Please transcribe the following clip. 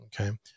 Okay